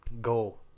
go